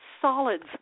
solids